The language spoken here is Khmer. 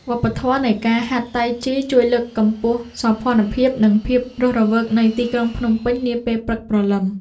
វប្បធម៌នៃការហាត់តៃជីជួយលើកកម្ពស់សោភ័ណភាព និងភាពរស់រវើកនៃទីក្រុងភ្នំពេញនាពេលព្រឹកព្រលឹម។